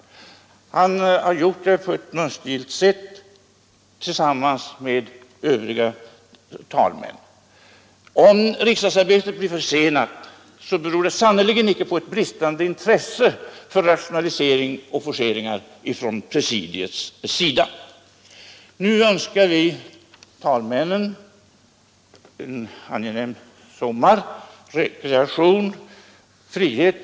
Han har gjort det på ett mönstergillt sätt — tillsammans med övriga talmän. Om riksdagsarbetet blir försenat, så beror det sannerligen inte på bristande intresse för rationaliseringar och forceringar hos presidiet. Nu önskar vi talmännen en angenäm sommar fylld av rekreationsmöjligheter.